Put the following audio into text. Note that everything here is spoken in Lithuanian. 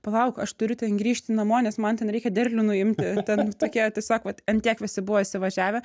palauk aš turiu ten grįžti namo nes man ten reikia derlių nuimti ten tokie tiesiog vat ant tiek visi buvo įsivažiavę